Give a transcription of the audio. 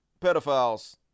pedophiles